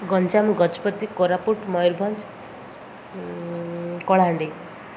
Ganjam Gajapati Koraput Mayurbhanj Kalahandi